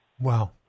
Wow